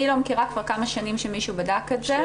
אני לא מכירה כבר כמה שנים שמישהו בדק את זה.